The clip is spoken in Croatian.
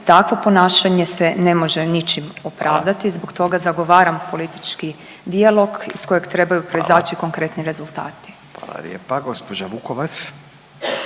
Takvo ponašanje se ne može ničim opravdati, zbog toga zagovaram politički dijalog iz kojeg trebaju proizaći konkretni rezultati. **Radin, Furio